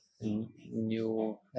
new